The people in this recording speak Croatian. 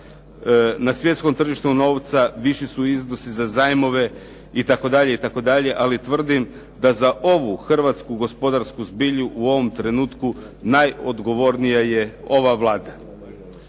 Na svjetskom tržištu novca viši su iznosi za zajmove itd. ali tvrdim da za ovu hrvatsku gospodarsku zbilju u ovom trenutku najodgovornija je ova Vlada.